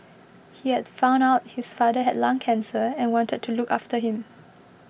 he had found out his father had lung cancer and wanted to look after him